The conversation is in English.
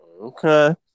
Okay